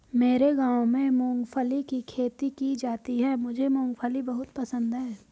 मेरे गांव में मूंगफली की खेती की जाती है मुझे मूंगफली बहुत पसंद है